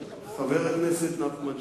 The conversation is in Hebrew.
חבר הכנסת נחמן שי,